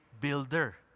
builder